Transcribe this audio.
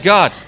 God